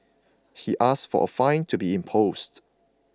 he asked for a fine to be imposed